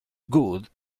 good